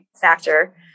factor